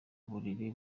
buriri